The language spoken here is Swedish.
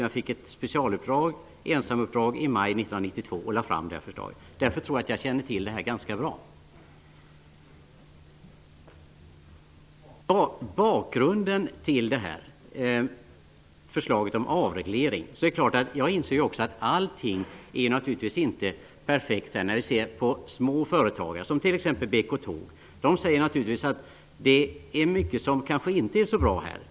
Jag fick ett specialuppdrag, ett ensamuppdrag, i maj 1992 och lade fram det här förslaget. Därför tror jag att jag känner till det ganska bra. Jag inser också att allting i förslaget om avreglering naturligtvis inte är perfekt. De små företagen, som t.ex. BK-Tåg, säger naturligtvis att det är mycket som kanske inte är så bra.